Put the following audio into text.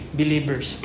believers